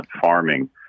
farming